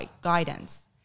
guidance